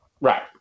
Right